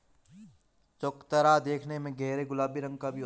चकोतरा देखने में गहरे गुलाबी रंग का भी होता है